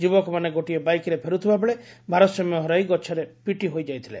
ଯୁବକମାନେ ଗୋଟିଏ ବାଇକରେ ଫେର୍ଥିବାବେଳେ ଭାରସାମ୍ୟ ହରାଇ ଗଛରେ ପିଟିହୋଇଯାଇଥିଲେ